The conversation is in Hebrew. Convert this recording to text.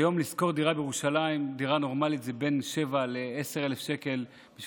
היום לשכור דירה נורמלית בירושלים זה בין 7,000 ל-10,000 שקלים,